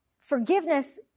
forgiveness